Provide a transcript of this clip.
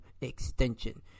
extension